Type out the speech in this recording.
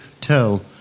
tell